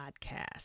podcast